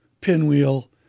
pinwheel